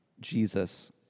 Jesus